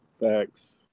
Thanks